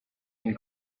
and